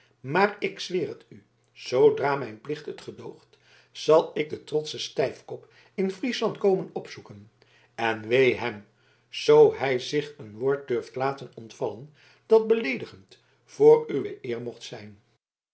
maar ik zweer het u zoodra mijn plicht het gedoogt zal ik den trotschen stijfkop in friesland komen opzoeken en wee hem zoo hij zich een woord durft laten ontvallen dat beleedigend voor uwe eer mocht zijn